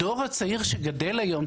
הדור הצעיר שגדל היום,